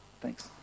thanks